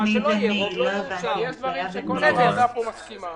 מה שלא יהיה לא רוב לא יאושר.